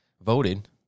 voted